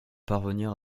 parvenir